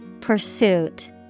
Pursuit